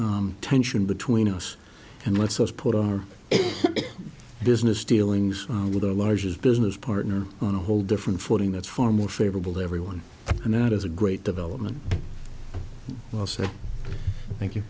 tension between us and lets us put on our business dealings with our largest business partner on a whole different footing that's far more favorable to everyone and that is a great development i'll s